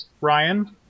Ryan